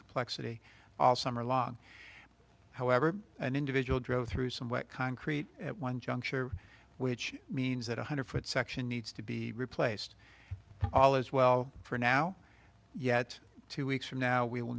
complexity all summer long however an individual drove through somewhat concrete at one juncture which means that one hundred foot section needs to be replaced all is well for now yet two weeks from now we